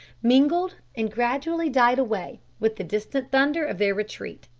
mingled and gradually died away with the distant thunder of their retreat.